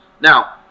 now